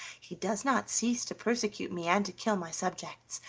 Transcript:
he does not cease to persecute me and to kill my subjects.